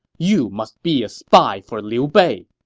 you must be a spy for liu bei!